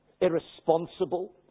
irresponsible